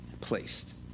placed